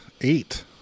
eight